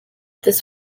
this